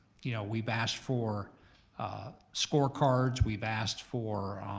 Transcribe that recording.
you know we've asked for score cards, we've asked for